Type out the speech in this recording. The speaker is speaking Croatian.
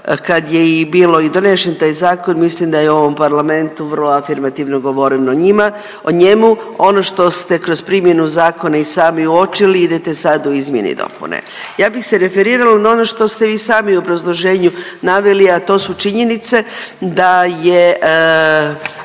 Kad je i bilo donešen taj Zakon, mislim da je u ovom parlamentu vrlo afirmativno govoreno o njima, o njemu, ono što ste skroz primjenu zakona i sami uočili, idete sad u izmjene i dopune. Ja bih se referirala na ono što ste vi sami u obrazloženju naveli, a to su činjenice da je,